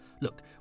look